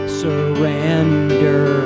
surrender